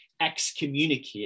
excommunicate